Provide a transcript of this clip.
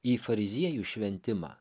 į fariziejų šventimą